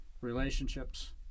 relationships